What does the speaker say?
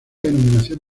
denominación